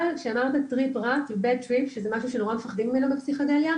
אבל טריפ רע זה משהו שנורא מפחדים ממנו בפסיכדליה,